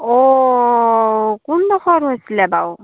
অঁ কোনডখৰত হৈছিলে বাৰু